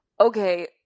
okay